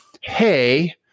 hey